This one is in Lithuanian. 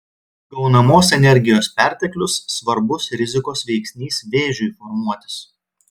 gaunamos energijos perteklius svarbus rizikos veiksnys vėžiui formuotis